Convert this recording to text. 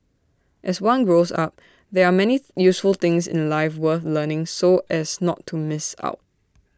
as one grows up there are many useful things in life worth learning so as not to miss out